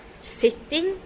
sitting